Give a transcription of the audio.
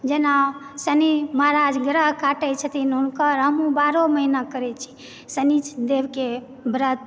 जेना शनि महाराज ग्रह काटैत छथिन हुनकर हमहुँ बारहो महीना करैत छी शनि देवके व्रत